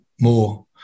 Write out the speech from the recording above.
more